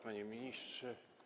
Panie Ministrze!